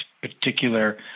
particular